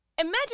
Imagine